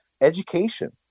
Education